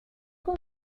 con